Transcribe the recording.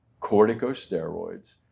Corticosteroids